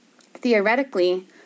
theoretically